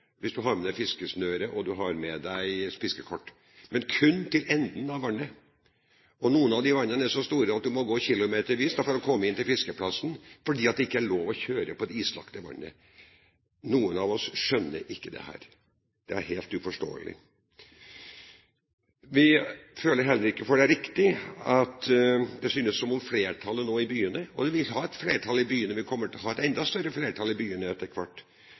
hvis du har med deg fiskesnøre og fiskekort, men kun til enden av vannet. Noen av disse vannene er så store at du må gå kilometervis for å komme inn til fiskeplassen, fordi det ikke er lov å kjøre på det islagte vannet. Noen av oss skjønner ikke dette. Det er helt uforståelig. Det er riktig at det nå synes som om flertallet i byene – og vi kommer til å ha et enda større flertall i byene etter hvert